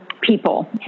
people